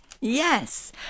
Yes